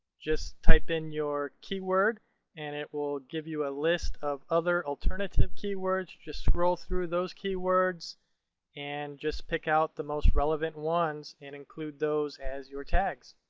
just type in your keyword and it will give you a list of other alternative keywords. just scroll through those keywords and just pick out the most relevant ones and include those as your tags.